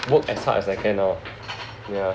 work as hard as I can lor yeah